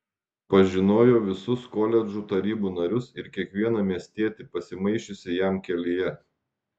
pažinojo visus koledžų tarybų narius ir kiekvieną miestietį pasimaišiusį jam kelyje